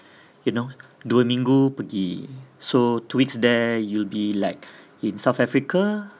you know dua minggu pergi so two weeks there you'll be like you in south africa